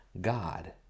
God